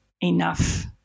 enough